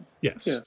yes